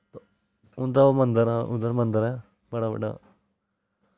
उंदा मंदर हा उंदा मंदर ऐ बड़ा बड्डा